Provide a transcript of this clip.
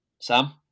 Sam